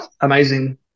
amazing